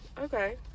Okay